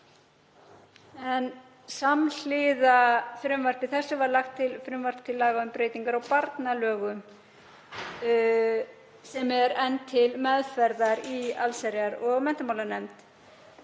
Samhliða frumvarpi þessu var lagt fram frumvarp til laga um breytingu á barnalögum sem er enn til meðferðar í allsherjar- og menntamálanefnd.